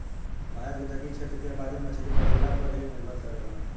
भारत के तटीय क्षेत्र के आबादी मछरी पकड़ला पर ही निर्भर करेला